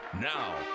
Now